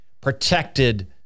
protected